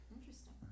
Interesting